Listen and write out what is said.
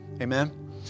Amen